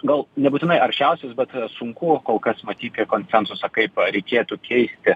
gal nebūtinai aršiausius bet sunku kol kas matyti konsensusą kaip reikėtų keisti